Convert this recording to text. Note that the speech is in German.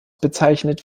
bezeichnet